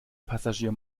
passagier